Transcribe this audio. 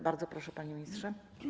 Bardzo proszę, panie ministrze.